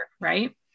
Right